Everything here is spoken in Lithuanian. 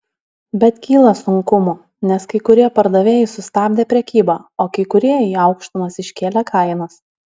bet kyla sunkumų nes kai kurie pardavėjai sustabdė prekybą o kai kurie į aukštumas iškėlė kainas